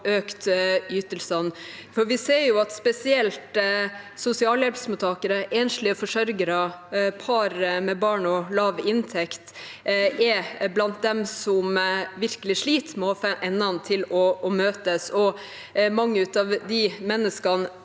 økt ytelsene. Vi ser at spesielt sosialhjelpsmottakere, enslige forsørgere og par med barn og lav inntekt er blant dem som virkelig sliter med å få endene til å møtes, og mange av de menneskene